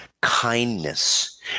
kindness